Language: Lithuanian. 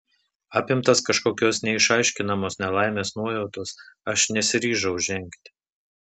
apimtas kažkokios neišaiškinamos nelaimės nuojautos aš nesiryžau žengti